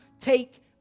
take